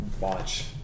watch